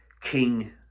King